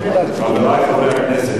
חברי חברי הכנסת,